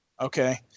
Okay